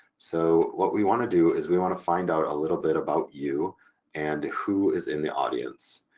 so what we want to do is we want to find out a little bit about you and who is in the audience.